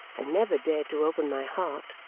and never dared to open my heart,